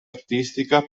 artistica